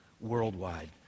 worldwide